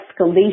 escalation